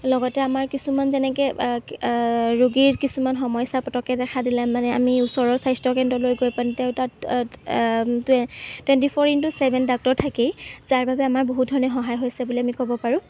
লগতে আমাৰ কিছুমান যেনেকৈ ৰোগীৰ কিছুমান সমস্যা পটককৈ দেখা দিলে মানে আমি ওচৰৰ স্বাস্থ্য কেন্দ্ৰলৈ গৈ পিনে তেওঁৰ তাত twenty four into seven doctor থাকেই যাৰবাবে আমাৰ বহুতধৰণে সহায় হৈছে বুলি আমি ক'ব পাৰোঁ